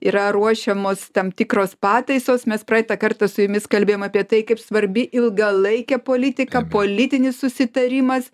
yra ruošiamos tam tikros pataisos mes praeitą kartą su jumis kalbėjom apie tai kaip svarbi ilgalaikė politika politinis susitarimas